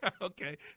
okay